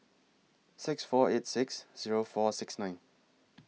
six four eight six Zero four six nine